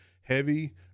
heavy